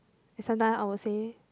and sometimes I will say